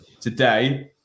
today